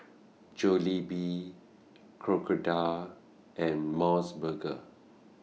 Jollibee Crocodile and Mos Burger